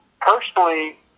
personally